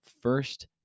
first